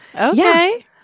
Okay